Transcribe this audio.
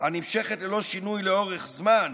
הנמשכת ללא שינוי לאורך זמן